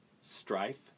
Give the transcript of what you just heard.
strife